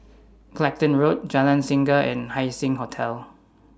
Clacton Road Jalan Singa and Haising Hotel